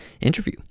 interview